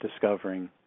discovering